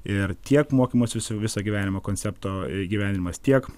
ir tiek mokymosi visą visą gyvenimą koncepto įgyvendinimas tiek